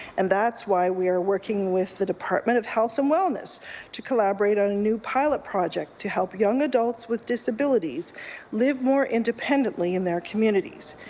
and that's why we are working with the department of health and wellness to collaborate on a new pilot project to help young adults with disabilities live more independently in their communities.